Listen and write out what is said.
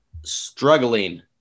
struggling